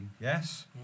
yes